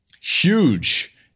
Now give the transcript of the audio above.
huge